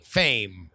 fame